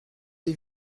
est